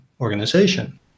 organization